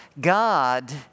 God